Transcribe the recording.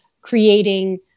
creating